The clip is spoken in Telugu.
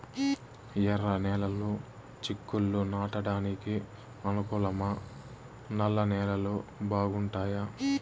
ఎర్రనేలలు చిక్కుళ్లు నాటడానికి అనుకూలమా నల్ల నేలలు బాగుంటాయా